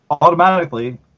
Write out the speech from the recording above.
Automatically